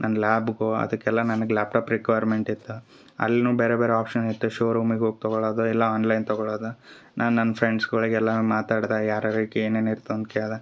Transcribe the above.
ನನ್ನ ಲ್ಯಾಬುಗು ಅದಕೆಲ್ಲ ನನ್ಗ ಲ್ಯಾಪ್ಟಾಪ್ ರಿಕ್ವೈರ್ಮೆಂಟ್ ಇತ್ತಾ ಅಲ್ನು ಬೇರೆ ಬೇರೆ ಆಪ್ಷನ್ ಇತ್ತು ಶೋರೂಮಿಗಿ ಹೋಗಿ ತಗೊಳದ ಇಲ್ಲ ಆನ್ಲೈನ್ ತಗೊಳದ ನಾನು ನನ್ನ ಫ್ರೆಂಡ್ಸ್ಗಳಿಗೆಲ್ಲ ಮಾತಾಡ್ದ ಯಾರ್ಯಾರಿಗೆ ಏನೇನು ಇರ್ತದ ಅಂತ ಕೇಳ್ದ